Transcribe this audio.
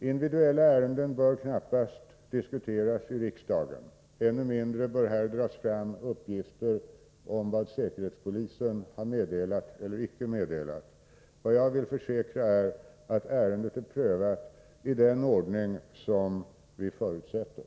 Individuella ärenden bör knappast diskuteras i riksdagen, ännu mindre bör här dras fram uppgifter om vad säkerhetspolisen har meddelat eller icke meddelat. Jag vill försäkra att ärendet är prövat i den ordning som vi förutsätter.